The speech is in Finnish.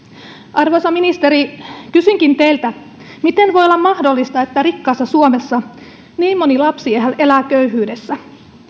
arvoisa ministeri kysynkin teiltä miten voi olla mahdollista että rikkaassa suomessa niin moni lapsi elää köyhyydessä